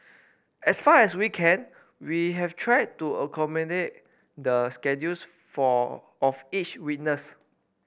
as far as we can we have tried to accommodate the schedules for of each witness